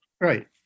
right